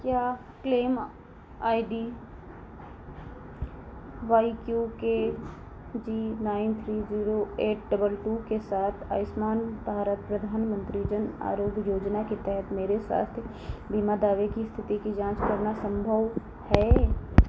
क्या claim I D Y Q K G nine three zero eight double two के साथ आयुष्मान भारत प्रधानमन्त्री जन आरोग्य योजना के तहत मेरे स्वास्थ्य बीमा दावे की इस्थिति की जाँच करना सम्भव है